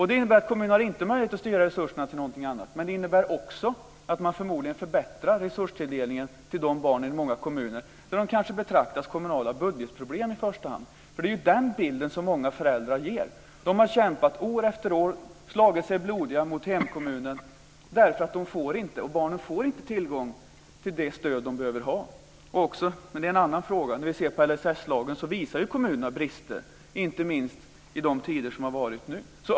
Det innebär att kommunerna inte har möjlighet att styra resurserna till någonting annat men också att man förmodligen förbättrar resurstilldelningen till de barnen i många kommuner, där de kanske i första hand betraktas som kommunala budgetproblem. Det är den bilden som många föräldrar ger. De har kämpat år efter år och slagit sig blodiga mot hemkommunen därför att barnen inte får tillgång till det stöd som de behöver. En annan fråga är att kommunerna uppvisat brister när det gäller LSS-lagen, inte minst i de tider som vi nu har haft.